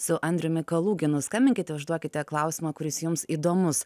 su andriumi kaluginu skambinkite užduokite klausimą kuris jums įdomus